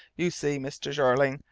you see, mr. jeorling,